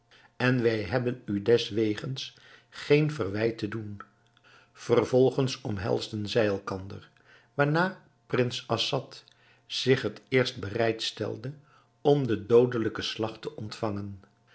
en wij hebben u deswegens geen verwijt te doen vervolgens omhelsden zij elkander waarna prins assad zich het eerst bereid stelde om den doodelijken slag te ontvangen